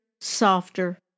softer